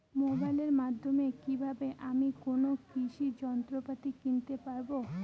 মোবাইলের মাধ্যমে কীভাবে আমি কোনো কৃষি যন্ত্রপাতি কিনতে পারবো?